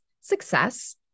success